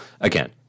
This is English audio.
again